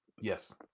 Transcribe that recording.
Yes